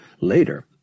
Later